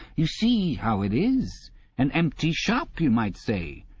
you see how it is an empty shop, you might say.